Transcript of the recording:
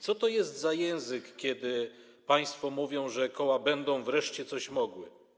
Co to jest za język, kiedy państwo mówią, że koła będą wreszcie coś mogły?